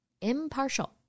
impartial